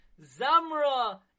Zamra